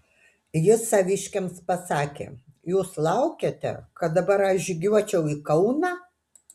jis saviškiams pasakė jūs laukiate kad dabar aš žygiuočiau į kauną